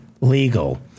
legal